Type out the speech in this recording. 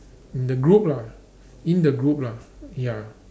in the group lah in the group lah ya